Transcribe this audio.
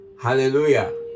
Hallelujah